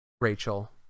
Rachel